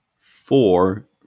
four